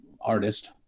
artist